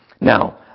Now